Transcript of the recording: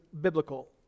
biblical